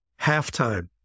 Halftime